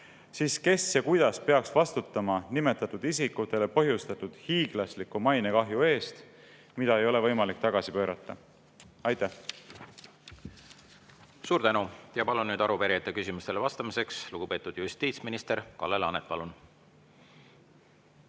siis kes ja kuidas peaks vastutama nimetatud isikutele põhjustatud hiiglasliku mainekahju eest, mida ei ole võimalik tagasi pöörata? Aitäh! Suur tänu! Palun nüüd arupärijate küsimustele vastamiseks, lugupeetud justiitsminister Kalle Laanet. Palun!